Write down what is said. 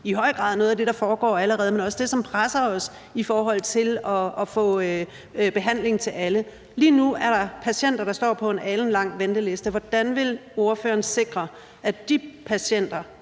i høj grad noget af det, der foregår allerede. Men det er også det, som presser os i forhold til at få behandling til alle. Lige nu er der patienter, der står på en alenlang venteliste. Hvordan vil ordføreren sikre, at de patienter,